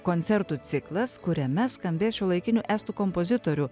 koncertų ciklas kuriame skambės šiuolaikinių estų kompozitorių